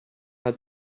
had